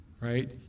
right